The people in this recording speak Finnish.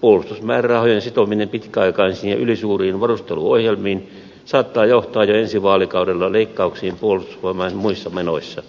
puolustusmäärärahojen sitominen pitkäaikaisiin ja ylisuuriin varusteluohjelmiin saattaa johtaa jo ensi vaalikaudella leikkauksiin puolustusvoimain muissa menoissa